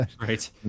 Right